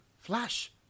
flash